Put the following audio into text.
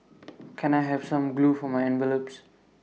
can I have some glue for my envelopes